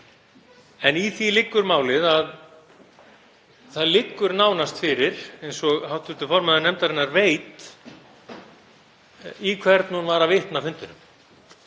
En í því liggur málið, að það liggur nánast fyrir, eins og hv. formaður nefndarinnar veit, í hvern hún var að vitna á fundinum.